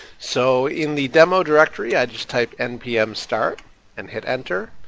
so in the demo directory i just type npm start and hit enter,